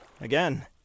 Again